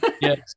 Yes